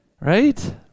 right